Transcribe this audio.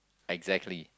exactly